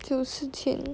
就是钱